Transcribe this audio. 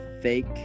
fake